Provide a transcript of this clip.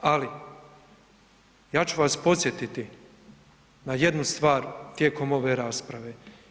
Ali, ja ću vas podsjetiti na jednu stvar tijekom ove rasprave.